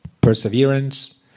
perseverance